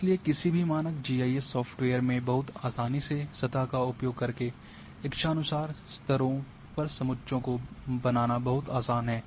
इसलिए किसी भी मानक जीआईएस सॉफ्टवेयर में बहुत आसानी से सतह का उपयोग करके इच्छानुसार स्तरों पर समुच्चों को बनाना बहुत आसान है